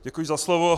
Děkuji za slovo.